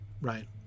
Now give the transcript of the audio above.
right